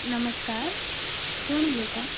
नमस्कार कोण उलयतां